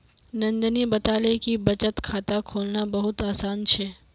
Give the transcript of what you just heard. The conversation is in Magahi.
नंदनी बताले कि बचत खाता खोलना बहुत आसान छे